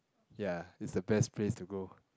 ya it's the best place to go